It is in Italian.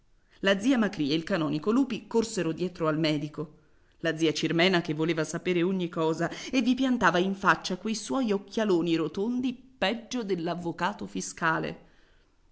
la zia macrì e il canonico lupi corsero dietro al medico la zia cirmena che voleva sapere ogni cosa e vi piantava in faccia quei suoi occhialoni rotondi peggio dell'avvocato fiscale